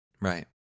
right